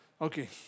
Okay